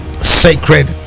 sacred